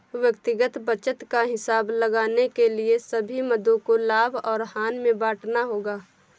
व्यक्तिगत बचत का हिसाब लगाने के लिए सभी मदों को लाभ और हानि में बांटना होगा